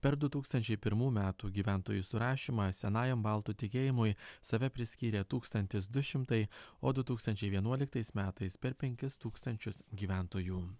per du tūkstančiai pirmų metų gyventojų surašymą senajam baltų tikėjimui save priskyrė tūkstantis du šimtai o du tūkstančiai vienuoliktais metais per penkis tūkstančius gyventojų